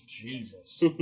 Jesus